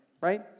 right